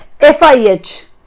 FIH